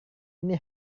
ini